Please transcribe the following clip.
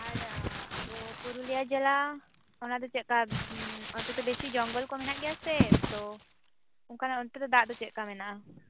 ᱟᱨ ᱟᱵᱚ ᱯᱩᱨᱩᱞᱤᱭᱟ ᱡᱮᱞᱟ ᱚᱱᱟᱫᱚ ᱪᱮᱫ ᱞᱮᱠᱟ ᱚᱱᱛᱮᱛᱚ ᱵᱮᱥᱤ ᱡᱚᱝᱜᱚᱞ ᱠᱚ ᱢᱮᱱᱟ ᱜᱮᱭᱟ ᱥᱮ ᱛᱚ ᱚᱱᱠᱟᱱᱟ ᱚᱱᱛᱮ ᱫᱚ ᱫᱟᱜ ᱫᱚ ᱪᱮᱫ ᱞᱮᱠᱟ ᱢᱮᱱᱟᱜᱼᱟ